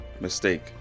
mistake